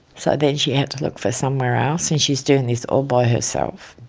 so then she had to look for somewhere else. and she is doing this all by herself.